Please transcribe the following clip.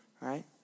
right